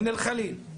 מאל חליל.